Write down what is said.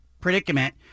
predicament